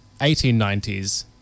1890s